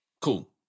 Cool